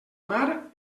mar